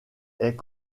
est